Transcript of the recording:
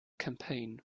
campaign